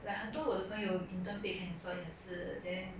like 很多我的朋友 intern 被 cancel 也是 then